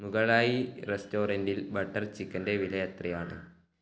മുഗളായീ റെസ്റ്റോറൻറിൽ ബട്ടർ ചിക്കന്റെ വില എത്രയാണ്